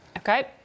Okay